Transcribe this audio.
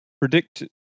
predict